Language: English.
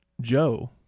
Joe